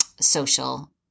social